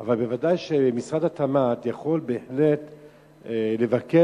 אבל ודאי שמשרד התמ"ת יכול בהחלט לבקש,